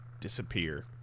Disappear